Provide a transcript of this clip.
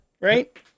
Right